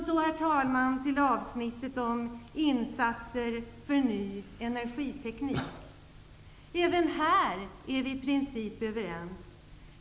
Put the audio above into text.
Så till avsnittet om insatser för en ny energiteknik. Även här är vi i princip överens.